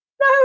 no